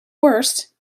worst